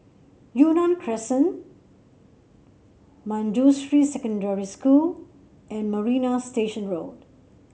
Yunnan Crescent Manjusri Secondary School and Marina Station Road